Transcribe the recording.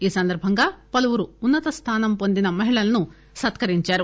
ఈ సందర్బంగా పలువురు ఉన్నత స్థానం పొందిన మహిళలను సత్కరించారు